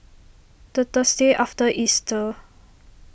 the Thursday after Easter